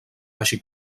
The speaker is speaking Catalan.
així